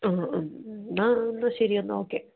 ആ ആ എന്നാൽ എന്നാൽ ശരി എന്നാൽ ഓക്കെ